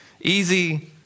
easy